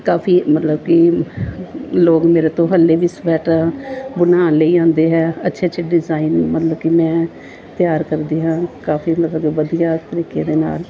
ਕਾਫੀ ਮਤਲਬ ਕਿ ਲੋਕ ਮੇਰੇ ਤੋਂ ਹਾਲੇ ਵੀ ਸਵੈਟਰ ਬਣਾਉਣ ਲਈ ਆਉਂਦੇ ਹੈ ਅੱਛੇ ਅੱਛੇ ਡਿਜ਼ਾਇਨ ਮਤਲਬ ਕਿ ਮੈਂ ਤਿਆਰ ਕਰਦੀ ਹਾਂ ਕਾਫੀ ਮਤਲਬ ਵਧੀਆ ਤਰੀਕੇ ਦੇ ਨਾਲ